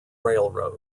railroad